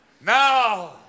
Now